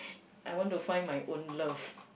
I want to find my own love